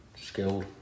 skilled